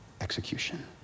execution